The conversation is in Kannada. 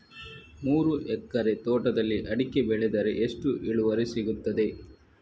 ಮೂರು ಎಕರೆ ತೋಟದಲ್ಲಿ ಅಡಿಕೆ ಬೆಳೆದರೆ ಎಷ್ಟು ಇಳುವರಿ ಸಿಗುತ್ತದೆ?